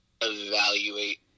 evaluate